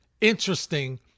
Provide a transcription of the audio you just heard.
interesting